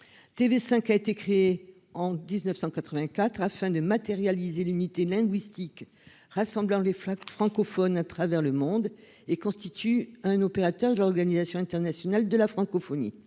TV5 a été créé en 1984 afin de matérialiser l'unité linguistique rassemblant les flaques francophones à travers le monde et constitue un opérateur de l'Organisation internationale de la francophonie.